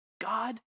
God